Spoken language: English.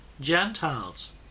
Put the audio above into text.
Gentiles